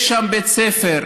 ויש שם בית ספר,